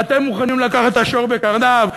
ואתם מוכנים לאחוז את השור בקרניו,